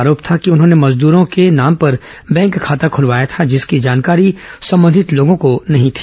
आरोप था कि उन्होंने मजदूरों के नाम पर बैंक खाता खुलवाया था जिसकी जानकारी संबंधित लोगों को नहीं थी